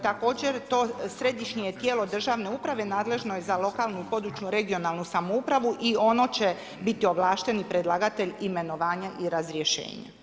Također to središnje tijelo državne uprave nadležno je za lokalnu, područnu (regionalnu) samoupravu i ono će biti ovlašteni predlagatelj imenovanja i razrješenja.